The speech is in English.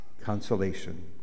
consolation